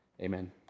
Amen